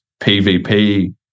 PVP